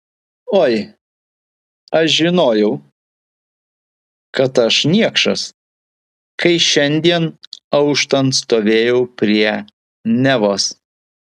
oi aš žinojau kad aš niekšas kai šiandien auštant stovėjau prie nevos